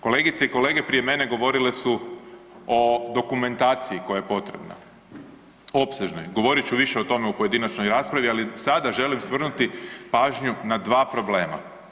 Kolegice i kolege prije mene govorile su o dokumentaciji koja je potrebna, opsežnoj, govorit ću više o tome u pojedinačnoj raspravi, ali sada želim svrnuti pažnju na dva problema.